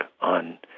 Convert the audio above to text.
on